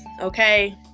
okay